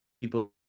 people